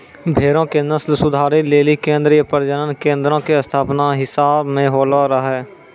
भेड़ो के नस्ल सुधारै लेली केन्द्रीय प्रजनन केन्द्रो के स्थापना हिसार मे होलो रहै